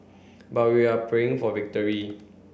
but we are praying for victory